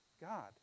God